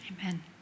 Amen